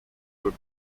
were